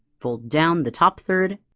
fold down the top third.